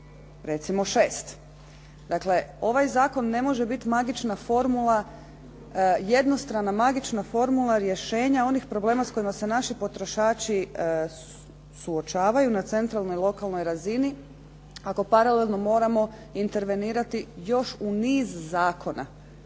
recimo 6. Dakle, ovaj zakon ne može biti magična formula jednostrana magična formula rješenja onih problema s kojima se naši potrošači suočavaju na centralnoj lokalnoj razini, ako paralelno moramo intervenirati još u niz zakona.